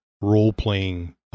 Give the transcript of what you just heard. role-playing